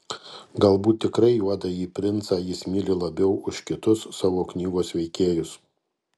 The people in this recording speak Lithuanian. galbūt tikrai juodąjį princą jis myli labiau už kitus savo knygos veikėjus